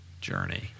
journey